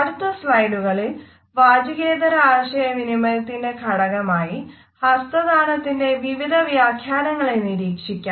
അടുത്ത സ്ലൈഡുകളിൽ വാചികേതര ആശയവിനിമയത്തിന്റെ ഘടകമായി ഹസ്തദാനത്തിന്റെ വിവിധ വ്യാഖ്യാനങ്ങളെ നിരീക്ഷിക്കാം